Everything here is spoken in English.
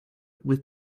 with